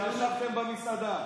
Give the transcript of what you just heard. כשישבתם במסעדה.